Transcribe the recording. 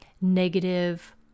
negative